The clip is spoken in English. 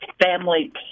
family